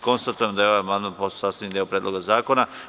Konstatujem da je ovaj amandman postao sastavni deo Predloga zakona.